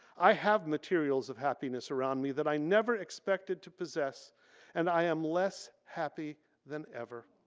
i have materials of happiness around me that i never expected to possess and i am less happy than ever.